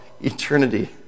eternity